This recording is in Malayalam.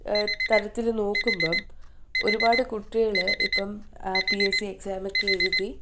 തരത്തിൽ നോക്കുമ്പം ഒരുപാട് കുട്ടികൾ ഇപ്പം പി എസ് സി എക്സാമൊക്കെ എഴുതി